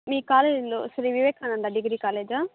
మీ కాలేజ్లో శ్రీవివేకనంద డిగ్రీ కాలేజా